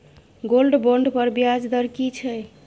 Gold bond पर ब्याज दर की छै?